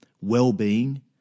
well-being